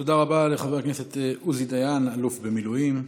תודה רבה לחבר הכנסת עוזי דיין, האלוף במילואים.